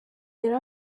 yari